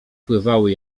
pływały